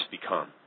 become